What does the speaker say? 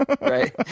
right